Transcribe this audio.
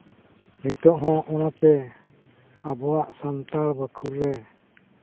ᱱᱤᱛᱚᱜ ᱦᱚᱸ ᱚᱱᱟᱛᱮ ᱟᱵᱚᱣᱟᱜ ᱥᱟᱱᱛᱟᱲ ᱵᱟᱠᱷᱳᱞ ᱨᱮ